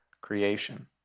creation